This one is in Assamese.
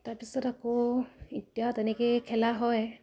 তাৰপিছত আকৌ এতিয়া তেনেকেই খেলা হয়